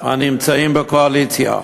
הנמצא בקואליציה.